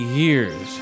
years